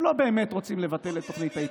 הם לא באמת רוצים לבטל את תוכנית ההתנתקות.